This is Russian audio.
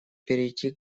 перейти